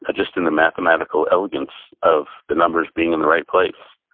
ah just in the mathematical elegance of the numbers bring in the right place.